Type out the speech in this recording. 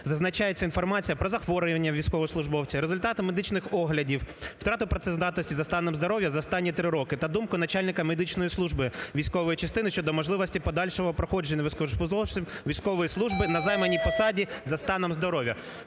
зазначається інформація про захворювання військовослужбовця, результати медичних оглядів, втрата працездатності за станом здоров'я за останні три роки та думку начальника медичної служби військової частини щодо можливості подальшого проходження військовослужбовців військової служби на займаній посаді за станом здоров'я.